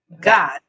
God